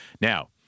Now